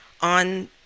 on